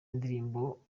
indirimbo